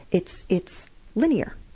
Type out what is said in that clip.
it's it's linear.